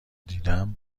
دیدم